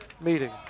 meeting